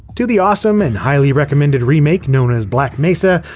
to the awesome and highly recommended remake known as black mesa,